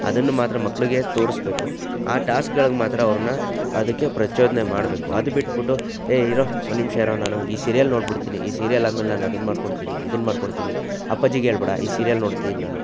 ಅದನ್ನು ಮಾತ್ರ ಮಕ್ಕಳಿಗೆ ತೋರಿಸ್ಬೇಕು ಆ ಟಾಸ್ಕ್ಗಳಿಗೆ ಮಾತ್ರ ಅವರನ್ನು ಅದಕ್ಕೆ ಪ್ರಚೋದನೆ ಮಾಡ್ಬೇಕು ಅದು ಬಿಟ್ಬಿಟ್ಟು ಏ ಇರೋ ಒಂದು ನಿಮಿಷ ಇರೋ ನಾನು ಈ ಸೀರಿಯಲ್ ನೋಡ್ಬಿಡ್ತೀನಿ ಈ ಸೀರಿಯಲ್ ಆದ್ಮೇಲೆ ನಾನು ಅದನ್ನು ಮಾಡ್ಕೊಡ್ತೀನಿ ಇದನ್ನು ಮಾಡ್ಕೊಡ್ತೀನಿ ಅಪ್ಪಾಜಿಗೆ ಹೇಳ್ಬೇಡ ಈ ಸೀರಿಯಲ್ ನೋಡ್ತಿದ್ದೀನಿ ನಾನು